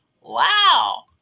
wow